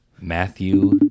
Matthew